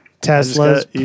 Tesla's